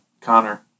Connor